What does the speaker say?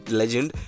legend